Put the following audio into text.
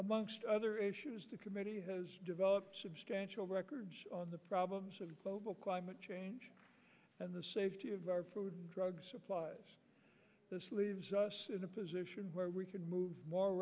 amongst other issues the committee has developed substantial records on the problems of global climate change and the safety of our food and drug supply this leaves us in a position where we can move more